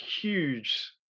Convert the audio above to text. huge